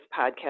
podcast